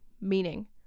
meaning